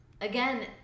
Again